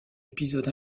épisode